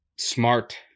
smart